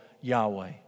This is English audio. Yahweh